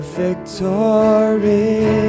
victory